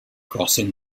crossing